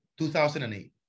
2008